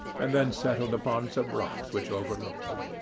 and then settled upon some rocks which overlooked them.